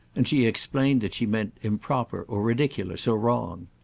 and she explained that she meant improper or ridiculous or wrong.